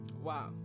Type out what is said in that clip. Wow